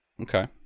Okay